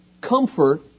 comfort